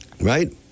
Right